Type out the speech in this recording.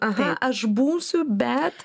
aha aš būsiu bet